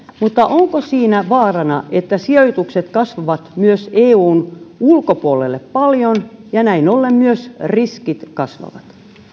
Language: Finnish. mutta onko siinä vaarana että sijoitukset myös eun ulkopuolelle kasvavat paljon ja näin ollen myös riskit kasvavat